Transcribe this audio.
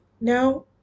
Now